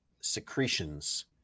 secretions